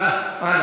אנא.